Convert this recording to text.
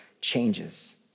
changes